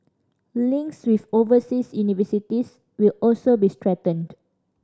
links with overseas universities will also be strengthened